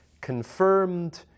confirmed